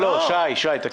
אני אגיד לך משהו - מה